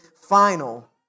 final